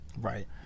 right